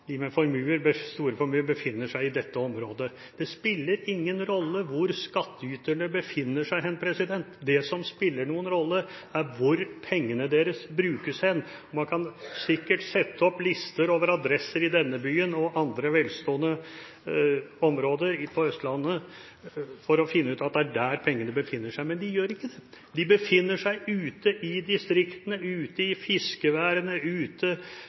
med store formuer befinner seg i dette området. Det spiller ingen rolle hvor skattyterne befinner seg. Det som spiller noen rolle, er hvor pengene deres brukes. Man kan sikkert sette opp lister over adresser i denne byen og i andre velstående områder på Østlandet for å finne ut om det er der pengene befinner seg – men de gjør ikke det. De befinner seg ute i distriktene, ute i fiskeværene, ute